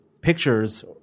pictures